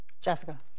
Jessica